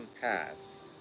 pass